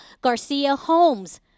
Garcia-Holmes